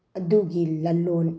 ꯑꯗꯨꯒꯤ ꯂꯂꯣꯜ ꯏꯇꯤꯛ